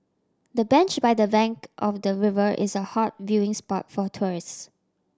the bench by the bank of the river is a hot viewing spot for tourists